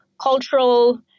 cultural